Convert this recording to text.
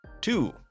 two